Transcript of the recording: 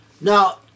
Now